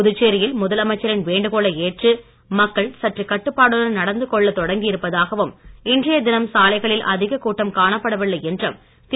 புதுச்சேரியில் முதலமைச்சரின் வேண்டுகோளை ஏற்று மக்கள் சற்று கட்டுப்பாட்டுடன் தொடங்கி இருப்பதாகவும் இன்றைய தினம் நடந்து கொள்ளத் சாலைகளில் அதிகக் கூட்டம் காணப்படவில்லை என்றும் திரு